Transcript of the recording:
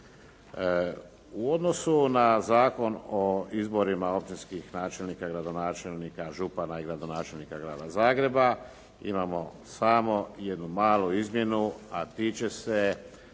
U odnosu na Zakon o izborima općinskih načelnika, gradonačelnika, župana i gradonačelnika Grada Zagreba imamo samo jednu malu izmjenu, a tiče se